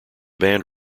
band